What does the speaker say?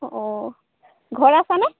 অঁ অঁ ঘৰ আছেনে